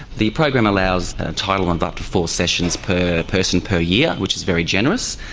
the program allows entitlement of up to four sessions per person per year, which is very generous,